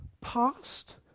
past